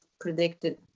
predicted